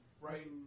right